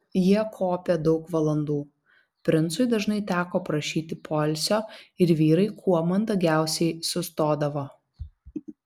jie kopė daug valandų princui dažnai teko prašyti poilsio ir vyrai kuo mandagiausiai sustodavo